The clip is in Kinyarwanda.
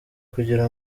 kugira